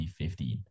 2015